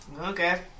Okay